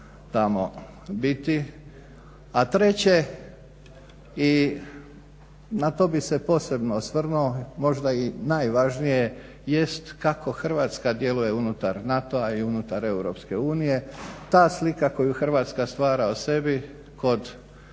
A treće i na to bi se posebno osvrnuo, možda i najvažnije jest kako Hrvatska djeluje unutar NATO-a i unutar EU. Ta slika koju Hrvatska stvara o sebi kod onih